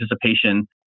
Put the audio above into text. participation